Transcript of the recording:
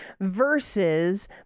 versus